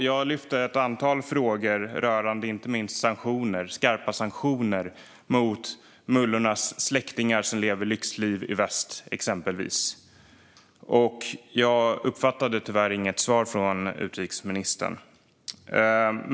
Jag ställde ett antal frågor, exempelvis om skarpa sanktioner mot mullornas släktingar som lever lyxliv i väst. Tyvärr uppfattade jag inget svar från utrikesministern.